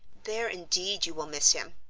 there indeed you will miss him.